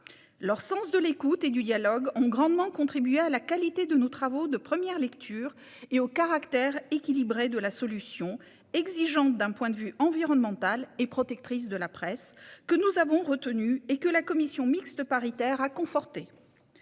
leur sens de l'écoute et du dialogue ont grandement contribué à la qualité de nos travaux en première lecture et au caractère équilibré de la solution, exigeante du point de vue environnemental et protectrice de la presse, que nous avons retenue et que la commission mixte paritaire a confortée.